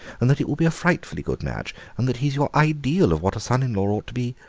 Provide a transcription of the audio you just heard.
and that it will be a frightfully good match, and that he's your ideal of what a son-in-law ought to be.